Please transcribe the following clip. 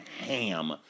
ham